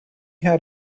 had